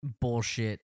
bullshit